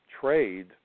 trade